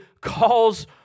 calls